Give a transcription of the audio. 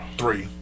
three